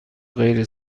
غیر